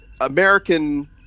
American